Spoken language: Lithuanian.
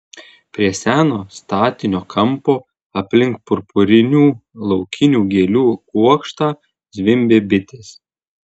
prie seno statinio kampo aplink purpurinių laukinių gėlių kuokštą zvimbė bitės